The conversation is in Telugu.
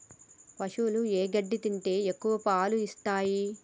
పశువులు ఏ గడ్డి తింటే ఎక్కువ పాలు ఇస్తాయి?